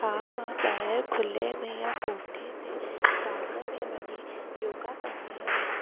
हा मां ॿाहिरि खुले में या कोठे ते बाग़ में वञी योगा कंदी आहियां